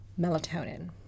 melatonin